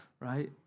right